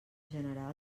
generar